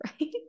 Right